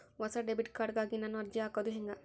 ಹೊಸ debit card ಗಾಗಿ ನಾನು ಅರ್ಜಿ ಹಾಕೊದು ಹೆಂಗ?